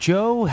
Joe